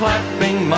Clapping